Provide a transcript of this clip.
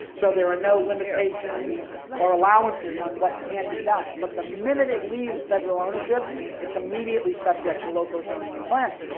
so, there are no limitations or allowances on what can be done. but the minute it leaves federal ownership its immediately subject to local zoning and planning.